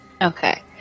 Okay